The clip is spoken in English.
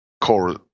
core